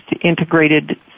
integrated